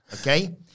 Okay